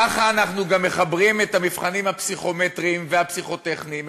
ככה אנחנו גם מחברים את המבחנים הפסיכומטריים והפסיכוטכניים.